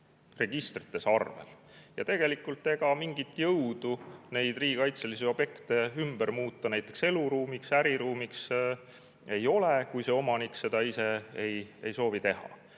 Tegelikult mingit jõudu neid riigikaitselisi objekte ümber muuta näiteks eluruumideks või äriruumideks ei ole, kui omanik seda ise ei soovi teha.